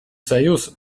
союз